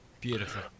Beautiful